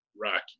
Rocky